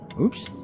Oops